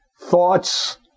thoughts